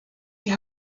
die